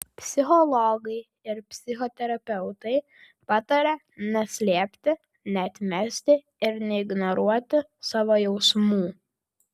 psichologai ir psichoterapeutai pataria neslėpti neatmesti ir neignoruoti savo jausmų